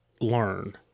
learn